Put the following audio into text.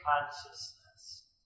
consciousness